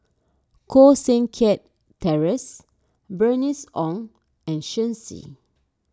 Koh Seng Kiat Terence Bernice Ong and Shen Xi